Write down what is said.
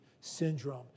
Syndrome